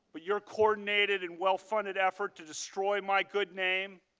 but your coordinated and well-funded effort to destroy my good name,